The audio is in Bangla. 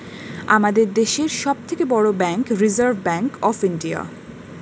আমাদের দেশের সব থেকে বড় bank reserve bank of India